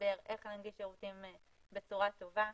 והסבר איך להנגיש שירותים בצורה טובה.